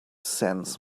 sense